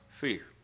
fear